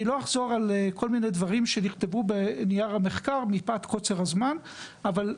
אני לא אחזור על כל מיני דברים שנכתבו בנייר המחקר מפאת קוצר הזמן אבל,